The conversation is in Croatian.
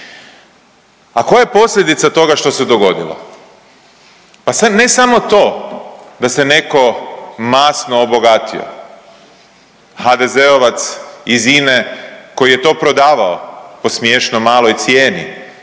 A koja je posljedica toga što se dogodilo? Pa sad ne samo to da se neko masno obogatio, HDZ-ovac iz INA-e koji je to prodavao po smiješno maloj cijeni